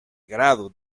grado